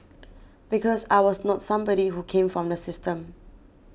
because I was not somebody who came from the system